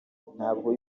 ntabwo